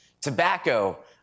Tobacco